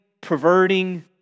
perverting